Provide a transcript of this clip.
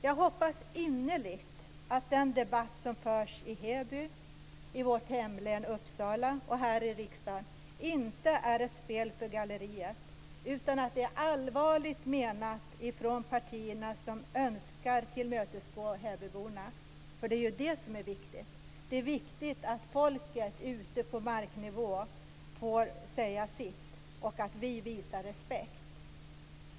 Jag hoppas innerligt att den debatt som förs i Heby, i vårt hemlän Uppsala och här i riksdagen inte är ett spel för galleriet, utan att det är allvarligt menat från de partier som önskar att tillmötesgå hebyborna. Det är ju det som är viktigt, att folket ute på marknivå får säga sitt och att vi visar respekt för det.